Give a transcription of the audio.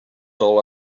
all